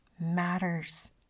matters